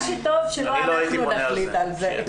מה שטוב הוא שלא אנחנו נחליט על זה.